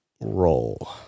roll